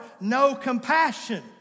No-Compassion